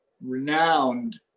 renowned